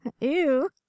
ew